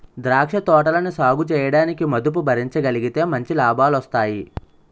ద్రాక్ష తోటలని సాగుచేయడానికి మదుపు భరించగలిగితే మంచి లాభాలొస్తాయి